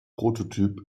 prototyp